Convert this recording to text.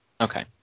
Okay